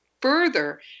further